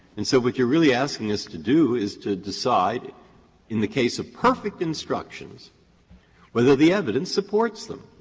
and so what you are really asking us to do is to decide in the case of perfect instructions whether the evidence supports them.